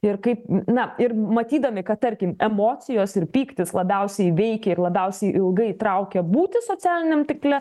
ir kaip na ir matydami kad tarkim emocijos ir pyktis labiausiai veikia ir labiausiai ilgai traukia būti socialiniam tinkle